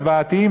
הזוועתיים,